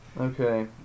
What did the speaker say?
Okay